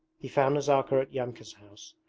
he found nazarka at yamka's house,